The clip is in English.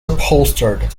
upholstered